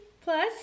plus